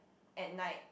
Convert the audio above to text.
at night